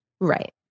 Right